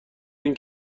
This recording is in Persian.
این